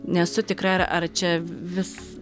nesu tikra ar ar čia vis